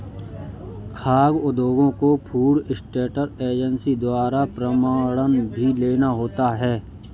खाद्य उद्योगों को फूड स्टैंडर्ड एजेंसी द्वारा प्रमाणन भी लेना होता है